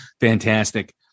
fantastic